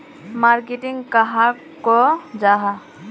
Marketing कहाक को जाहा?